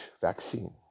vaccine